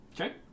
Okay